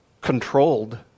controlled